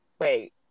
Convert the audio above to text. wait